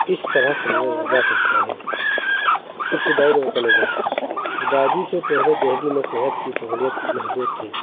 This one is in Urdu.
اس طرح سمجھا جا سکتا ہے ابتدائی دور کا نظام ہدادی سے پہلے دہلی میں صحت کی سہولیت محدود تھی